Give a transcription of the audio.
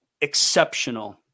exceptional